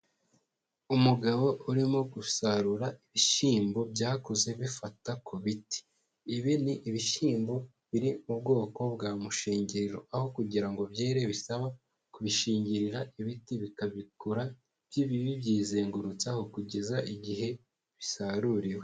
Umugabo urimo gusarura ibishyimbo byakuze bifata ku biti, ibi ni ibishyimbo biri mu bwoko bwa mushingiriro aho kugira ngo byere bisaba kubishingirira ibiti bikabikura bibyizengurutsaho kugeza igihe bisaruriwe.